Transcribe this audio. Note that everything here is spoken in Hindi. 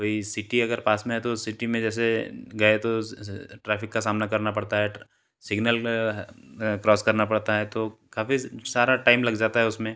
कोई सिटी अगर पास में है तो सिटी में जैसे गए तो ट्रैफ़िक का सामना करना पड़ता है सिग्नल क्रॉस करना पड़ता है तो काफ़ी सारा टाइम लग जाता है उसमें